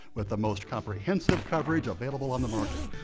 with the most comprehensive coverage available on the market.